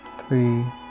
three